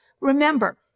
remember